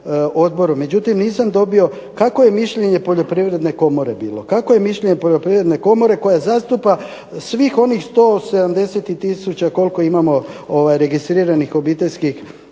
odboru, međutim nisam dobio kakvo je mišljenje Poljoprivredne komore bilo. Kakvo je mišljenje Poljoprivredne komore koja zastupa svih onih 170 tisuća koliko imamo registriranih obiteljskih